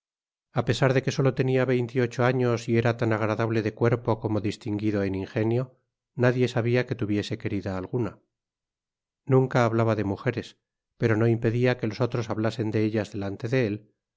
a pesar de que solo tenia veinte y ocho años y era tan agradable de cuerpo como distinguido en ingenio nadie sabia que tuviese querida alguna nunca hablaba de mujeres pero no impedia que los otros hablasen de ellas delante de él